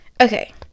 okay